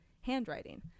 handwriting